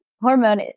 hormone